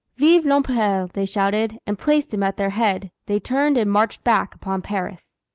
vive l'empereur! they shouted and placing him at their head, they turned and marched back upon paris.